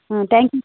ah thank you